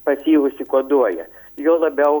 pas jį užsikoduoja juo labiau